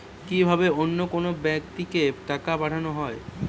কি ভাবে অন্য কোনো ব্যাক্তিকে টাকা পাঠানো হয়?